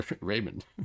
Raymond